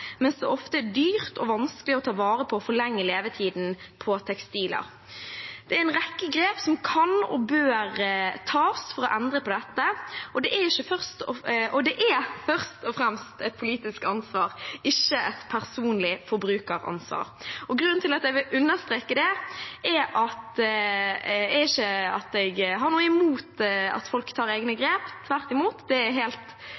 men det er bra og nødvendig. Markedet fungerer nemlig ikke. Vi har en overproduksjon av billige og dårlige klær, mens det ofte er dyrt og vanskelig å ta vare på og forlenge levetiden på tekstiler. Det er en rekke grep som kan og bør tas for å endre på dette, og det er først og fremst et politisk ansvar, ikke et personlig forbrukeransvar. Grunnen til at jeg vil understreke det, er ikke at jeg har noe imot at folk tar egne